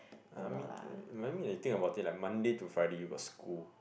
I mean uh I mean to think about it like Monday to Friday you got school